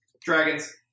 Dragons